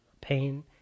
pain